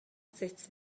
sut